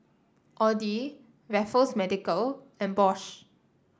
Audi Raffles Medical and Bosch